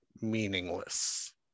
meaningless